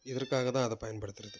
இதற்காக தான் அதை பயன்படுத்துறது